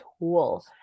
tool